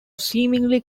seemingly